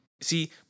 See